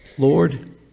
Lord